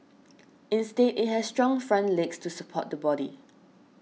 instead it has strong front legs to support the body